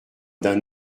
d’un